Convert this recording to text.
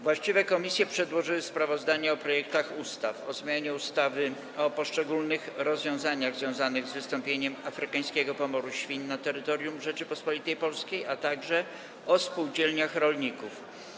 Właściwe komisje przedłożyły sprawozdania o projektach ustaw: - o zmianie ustawy o szczególnych rozwiązaniach związanych z wystąpieniem afrykańskiego pomoru świń na terytorium Rzeczypospolitej Polskiej, - o spółdzielniach rolników.